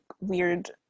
weird